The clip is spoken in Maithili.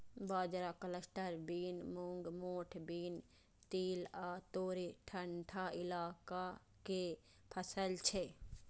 बाजरा, कलस्टर बीन, मूंग, मोठ बीन, तिल आ तोरी ठंढा इलाका के फसल छियै